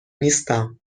نیستم